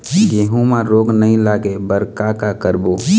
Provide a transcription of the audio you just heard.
गेहूं म रोग नई लागे बर का का करबो?